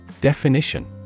Definition